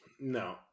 No